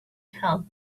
felt